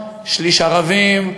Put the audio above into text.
שליש ערבים,